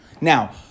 Now